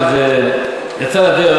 כשזה יצא לדרך,